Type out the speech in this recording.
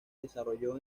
desarrolló